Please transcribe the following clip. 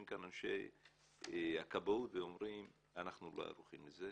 כאן אנשי הכבאות ואומרים: אנחנו לא ערוכים לזה,